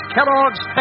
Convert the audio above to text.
Kellogg's